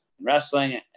wrestling